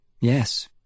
yes